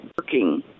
working